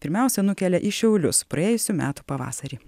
pirmiausia nukelia į šiaulius praėjusių metų pavasarį